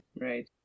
Right